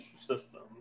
system